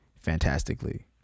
fantastically